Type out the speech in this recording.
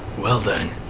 well then,